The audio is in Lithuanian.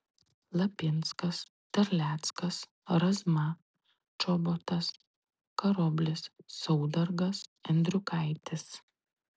lapinskas terleckas razma čobotas karoblis saudargas endriukaitis